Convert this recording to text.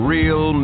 Real